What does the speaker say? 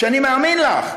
אני מאמין לך,